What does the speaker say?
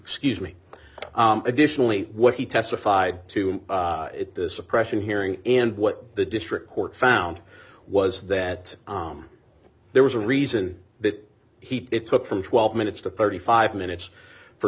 excuse me additionally what he testified to at the suppression hearing and what the district court found was that there was a reason that he it took from twelve minutes to thirty five minutes for